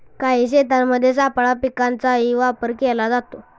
काही शेतांमध्ये सापळा पिकांचाही वापर केला जातो